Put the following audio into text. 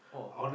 oh